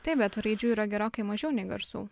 taip be tų raidžių yra gerokai mažiau nei garsų